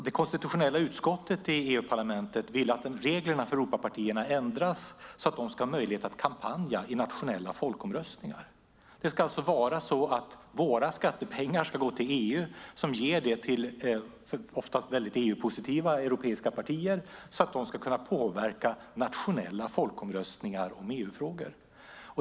Det konstitutionella utskottet i EU-parlamentet vill att reglerna för Europapartierna ändras så att de ska ha möjlighet att kampanja i nationella folkomröstningar. Våra skattepengar ska alltså gå till EU som ger dem till ofta EU-positiva europeiska partier så att de ska kunna påverka nationella folkomröstningar om EU-frågor.